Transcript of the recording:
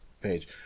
page